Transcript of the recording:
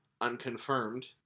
unconfirmed